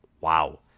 Wow